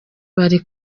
bari